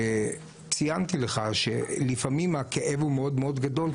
ציינתי לך שלפעמים הכאב הוא מאוד מאוד גדול,